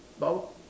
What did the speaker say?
but what